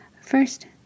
First